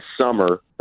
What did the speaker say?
summer